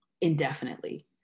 indefinitely